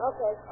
Okay